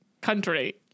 country